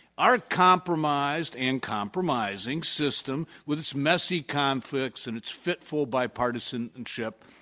our compromised and compromising system with its messy conflicts and its fitful bipartisanship,